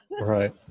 Right